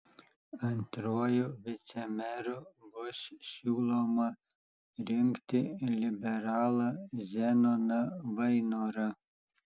antruoju vicemeru bus siūloma rinkti liberalą zenoną vainorą